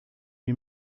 you